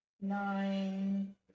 nine